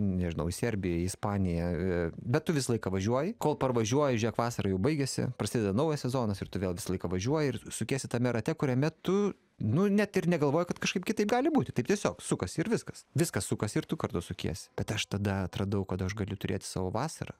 nežinau į serbiją į ispaniją bet tu visą laiką važiuoji kol parvažiuoji žėk vasara jau baigiasi prasideda naujas sezonas ir tu vėl visą laiką važiuoji ir sukiesi tame rate kuriame tu nu net negalvoji kad kažkaip kitaip gali būti taip tiesiog sukasi ir viskas viskas sukasi ir tu kartu sukiesi bet aš tada atradau kad aš galiu turėt savo vasarą